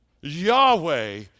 Yahweh